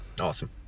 Awesome